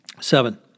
Seven